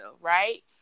right